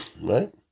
right